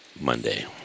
Monday